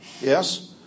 Yes